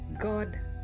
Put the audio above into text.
God